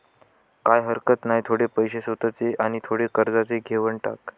काय हरकत नाय, थोडे पैशे स्वतःचे आणि थोडे कर्जाचे घेवन टाक